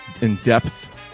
in-depth